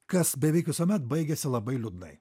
kas beveik visuomet baigiasi labai liūdnai